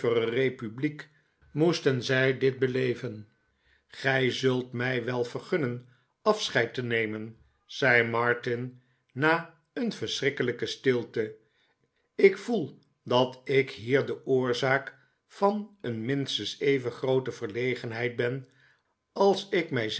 republiek moesten zij dit beleven gij zu lt mij wel vergunnen afscheid te nemen zei martin na een verschrikkelijke stilte ik voel dat ik hier de oorzaak van een minstens even groote verlegenheid ben als ik mij